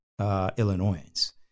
Illinoisans